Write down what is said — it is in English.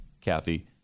Kathy